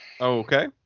okay